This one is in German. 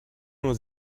nur